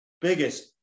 biggest